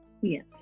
Yes